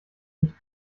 nicht